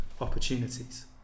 opportunities